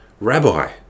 Rabbi